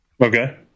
Okay